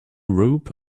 rope